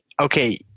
okay